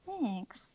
Thanks